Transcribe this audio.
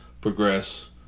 progress